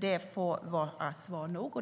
Det får vara svar nog.